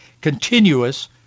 continuous